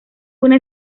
una